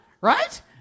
right